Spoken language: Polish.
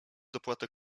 dopłatę